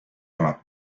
ole